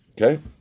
Okay